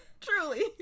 Truly